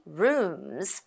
rooms